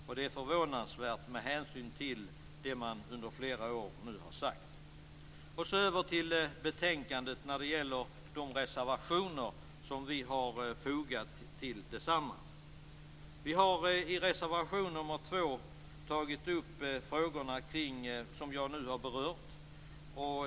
Detta är förvånansvärt med hänsyn till vad man under flera år har sagt. Jag går så över till de reservationer där vi finns med och som är fogade till betänkandet. I reservation nr 2 tar vi upp de frågor som jag här har berört.